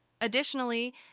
Additionally